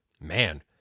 Man